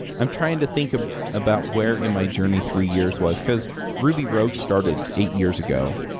i'm trying to think of about where in my journey three years was, because ruby rogue started eight years ago.